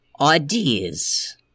ideas